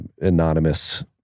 anonymous